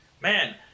Man